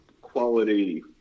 quality